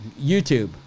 YouTube